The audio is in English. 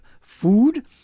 food